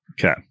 Okay